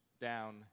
Down